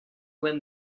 win